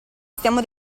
stiamo